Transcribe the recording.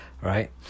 right